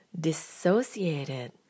dissociated